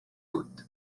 uut